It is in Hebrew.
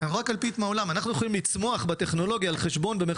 אנחנו יכולים לצמוח בטכנולוגיה "על חשבון"